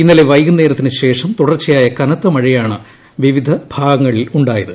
ഇന്നലെ വൈകുന്നേരത്തിന് ശേഷം തുടർച്ചയായ കനത്ത മഴയാണ് വിവിധ ഭാഗങ്ങളിലുണ്ടായത്